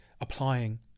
applying